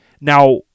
Now